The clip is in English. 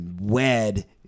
wed